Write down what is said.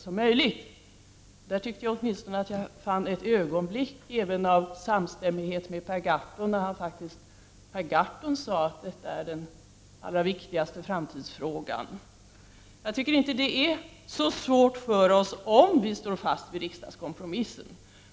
I detta sammanhang tycker jag att jag åtminstone för ett ögonblick fann samstämmighet även med Per Gahrton när han sade att detta är den allra viktigaste framtidsfrågan. Jag tycker inte att det är så svårt för oss om vi står fast vid riksdagskompromissen.